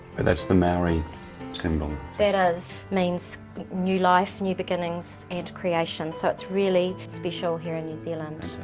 and that's the maori symbol. it ah is, means new life, new beginnings and creations, so it's really special here in new zealand.